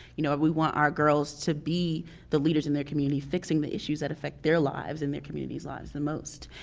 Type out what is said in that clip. you know, we want our girls to be the leaders in their communities fixing the issues that affect their lives and their communities' lives the most.